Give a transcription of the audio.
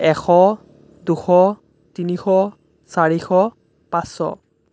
এশ দুশ তিনিশ চাৰিশ পাঁচশ